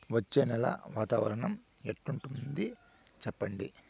వచ్చే నెల వాతావరణం ఎట్లుంటుంది చెప్పండి?